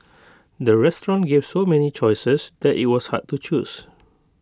the restaurant gave so many choices that IT was hard to choose